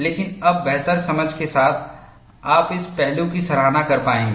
लेकिन अब बेहतर समझ के साथ आप इस पहलू की सराहना कर पाएंगे